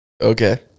Okay